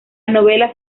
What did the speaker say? novela